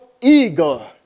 eagle